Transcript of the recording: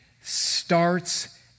starts